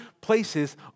places